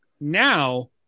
Now